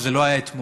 וזה לא היה אתמול.